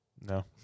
No